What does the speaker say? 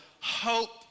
hope